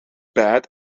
bad